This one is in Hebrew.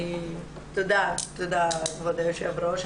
תודה, כבוד היושב-ראש.